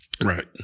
right